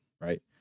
Right